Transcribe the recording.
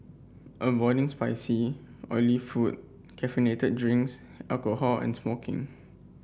avoiding spicy oily food caffeinated drinks alcohol and smoking